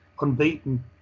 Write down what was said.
unbeaten